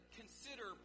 consider